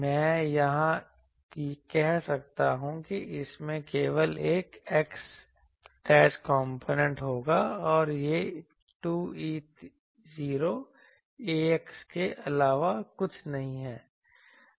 मैं यहां कह सकता हूं कि इसमें केवल एक x कॉम्पोनेंट होगा और यह 2E0 ax के अलावा कुछ नहीं है